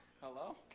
Hello